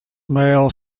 male